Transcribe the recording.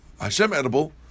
Hashem-edible